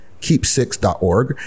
keepsix.org